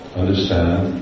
understand